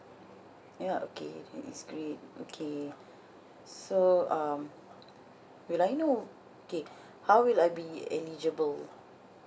ya okay then is great okay so um will I know okay how will I be eligible